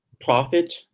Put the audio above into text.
profit